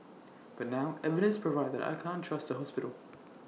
but now evidence provide that I can't trust the hospital